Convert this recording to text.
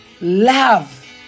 love